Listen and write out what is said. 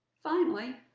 finally,